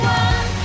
one